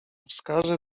wskaże